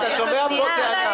אתה שומע פה טענה.